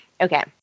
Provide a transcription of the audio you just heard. okay